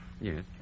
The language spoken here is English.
Yes